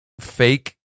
fake